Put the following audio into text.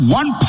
one